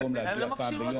מה הן לא מאפשרות?